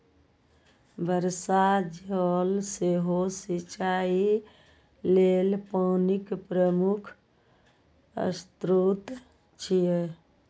वर्षा जल सेहो सिंचाइ लेल पानिक प्रमुख स्रोत छियै